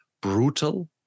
brutal